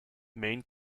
main